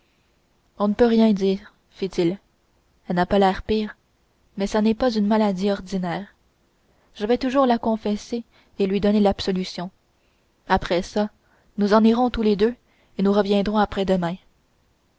on ne peut rien dire dit-il elle n'a pas l'air pire mais ça n'est pas une maladie ordinaire je vais toujours la confesser et lui donner l'absolution après ça nous nous en irons tous les deux et nous reviendrons après-demain